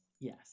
Yes